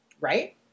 right